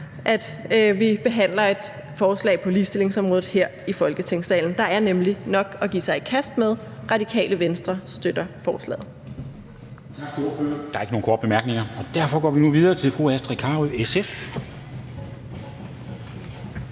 at vi behandler et forslag på ligestillingsområdet her i Folketingssalen. Der er nemlig nok at give sig i kast med. Radikale Venstre støtter forslaget.